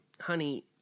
Honey